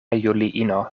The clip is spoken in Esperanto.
juliino